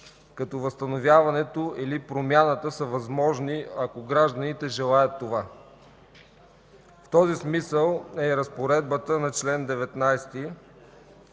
като възстановяването или промяната са възможни, ако гражданите желаят това. В този смисъл е и разпоредбата на чл. 19а